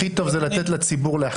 הכי טוב זה לתת לציבור להחליט.